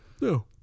No